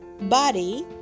Body